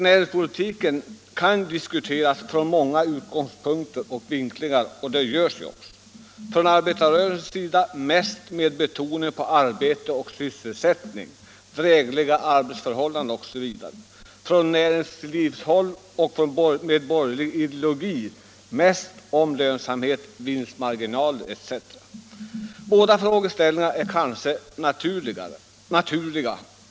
Näringspolitiken kan diskuteras från många olika utgångspunkter och vinklingar, och så görs ju också; från arbetarrörelsens sida mest med betoning på arbete och sysselsättning, drägliga arbetsförhållanden osv., från näringslivshåll och borgerlig ideologi är det mest tal om lönsamhet, vinstmarginaler etc. Båda frågeställningarna är kanske naturliga.